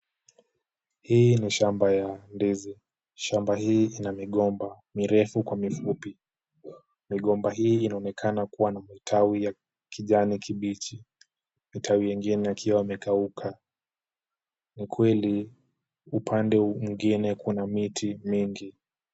Hii ni shamba ya ndizi. Shamba hii ina migomba, mirefu kwa mifupi. Migomba hii inaonekana kuwa na matawi ya kijani kibichi, matawi mengine yakiwa yamekauka. Ni kweli upande huu mwingine kuna miti mingi.